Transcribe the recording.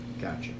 Gotcha